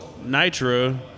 nitro